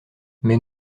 mais